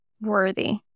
worthy